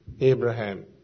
Abraham